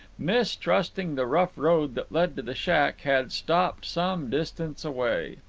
mistrusting the rough road that led to the shack, had stopped some distance away.